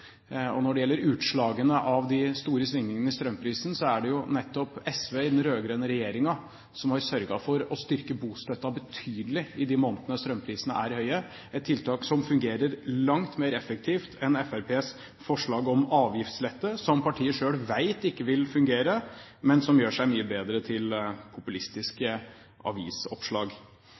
arbeidsplasser. Når det gjelder utslagene av de store svingningene i strømprisen, er det nettopp SV i den rød-grønne regjeringen som har sørget for å styrke bostøtten betydelig i de månedene strømprisene er høye – et tiltak som fungerer langt mer effektivt enn Fremskrittspartiets forslag om avgiftslette, som partiet selv vet ikke vil fungere, men som gjør seg mye bedre til populistiske avisoppslag.